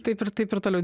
taip ir taip ir toliau